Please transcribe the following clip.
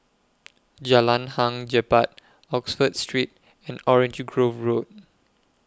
Jalan Hang Jebat Oxford Street and Orange Grove Road